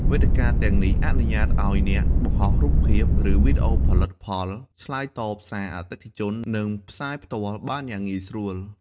វេទិកាទាំងនេះអនុញ្ញាតឱ្យអ្នកបង្ហោះរូបភាព ឬវីដេអូផលិតផល ឆ្លើយតបសារអតិថិជន និងផ្សាយផ្ទាល់បានយ៉ាងងាយស្រួល។